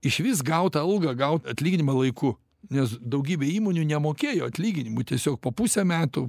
išvis gaut tą algą gaut atlyginimą laiku nes daugybė įmonių nemokėjo atlyginimų tiesiog po pusę metų